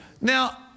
Now